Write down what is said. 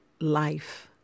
life